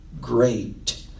great